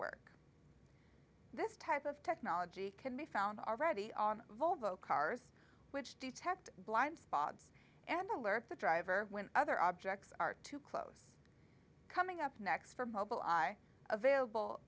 work this type of technology can be found already on volvo cars which detect blind spots and alert the driver when other objects are too close coming up next for mobile i available